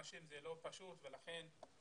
להספיק לבדוק את כמות האנשים זה לא פשוט ולכן כל